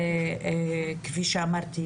כפי שאמרתי,